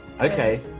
Okay